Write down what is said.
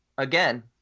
Again